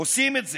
עושים את זה,